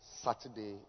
Saturday